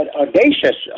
audacious